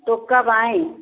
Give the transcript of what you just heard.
तो कब आएँ